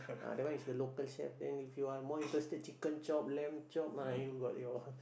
ah that one is the local chef then if you are more interested chicken chop lamb chop uh you got your